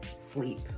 sleep